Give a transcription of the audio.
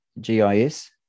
GIS